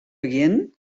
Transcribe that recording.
begjinnen